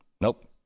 nope